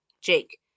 Jake